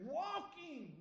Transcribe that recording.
walking